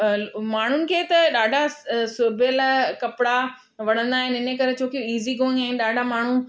माण्हुनि खे त ॾाढा स सिबियल कपिड़ा वणंदा आहिनि इन करे छोकी ईज़ी गोइंग आहिनि ॾाढा माण्हू